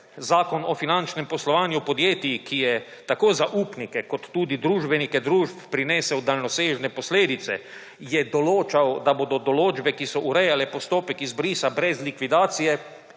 Zakon o finančnem poslovanju podjetij, ki je tako za upnike kot tudi družbenike družb prinesel daljnosežne posledice, je določal, da bodo določbe, ki so urejale postopek izbrisa brez likvidacije,